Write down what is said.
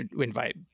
invite